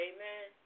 Amen